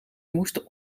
moesten